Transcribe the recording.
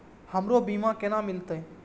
हमरो बीमा केना मिलते?